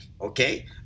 okay